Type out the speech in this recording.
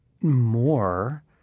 more